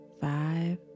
five